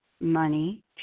money